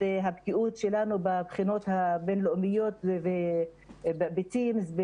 הבקיאות שלנו בבחינות הבינלאומיות וTIMSS- ,